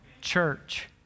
church